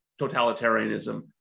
totalitarianism